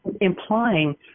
implying